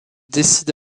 décide